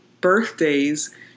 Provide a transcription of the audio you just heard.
Birthdays